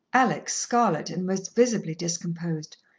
alex, scarlet, and most visibly discomposed,